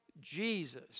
Jesus